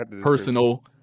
personal